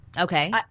Okay